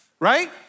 right